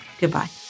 Goodbye